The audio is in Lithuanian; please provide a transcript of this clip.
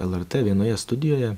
lrt vienoje studijoje